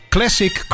Classic